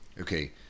Okay